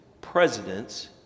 presidents